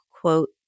quote